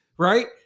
Right